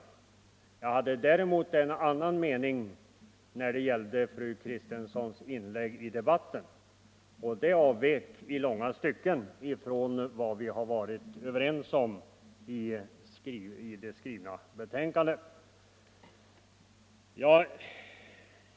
Däremot hade jag en annan mening när det gällde fru Kristenssons inlägg i debatten — det avbröt i långa stycken från vad vi har varit överens om i det skrivna betänkandet.